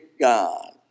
God